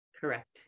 Correct